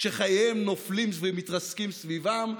כשחייהם נופלים ומתרסקים סביבם,